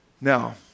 now